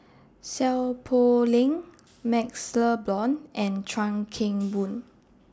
Seow Poh Leng MaxLe Blond and Chuan Keng Boon